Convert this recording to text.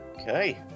Okay